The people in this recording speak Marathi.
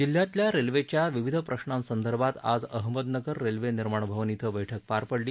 जिल्ह्यातल्या रेल्वेच्या विविध प्रश्नांसंदर्भात आज अहमदनगर रेल्वे निर्माण भवन इथं बछक पार पडली